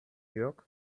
york